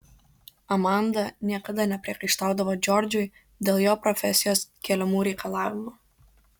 amanda niekada nepriekaištaudavo džordžui dėl jo profesijos keliamų reikalavimų